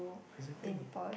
exactly